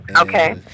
Okay